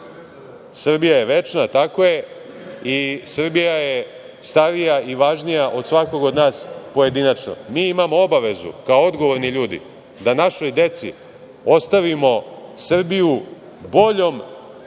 Srbija je večna i Srbija je starija i važnija od nas pojedinačno. Mi imamo obavezu kao odgovorni ljudi da našoj deci ostavimo Srbiju boljom